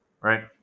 right